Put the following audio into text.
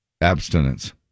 abstinence